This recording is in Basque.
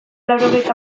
laurogeita